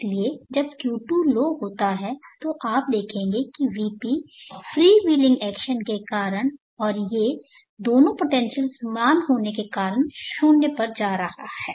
इसलिए जब भी Q2 लो होता है तो आप देखेंगे कि Vp फ़्रीव्हीलिंग एक्शन के कारण और ये दोनों पोटेंशियल समान होने के कारण शून्य पर जा रहा है